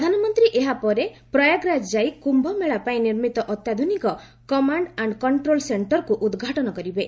ପ୍ରଧାନମନ୍ତ୍ରୀ ଏହାପରେ ପ୍ରୟାଗରାଜ୍ ଯାଇ କୁମ୍ଭମେଳା ପାଇଁ ନିର୍ମିତ ଅତ୍ୟାଧୁନିକ କମାଣ୍ଡ୍ ଆଣ୍ଡ୍ କଷ୍ଟ୍ରୋଲ୍ ସେଣ୍ଟର୍କୁ ଉଦ୍ଘାଟନ କରିବେ